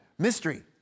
mystery